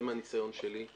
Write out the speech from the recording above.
זה, מהניסיון שלי.